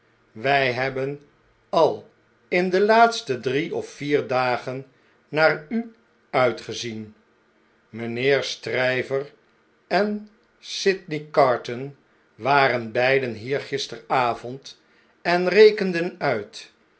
wij hebben al in de laaste drie of vier dagen naar u uitgezien mynheer stryver en sydney carton waren beiden hier gisteravond en rekenden uit